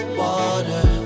water